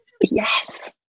yes